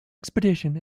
expedition